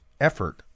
effort